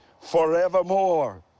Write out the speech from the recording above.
forevermore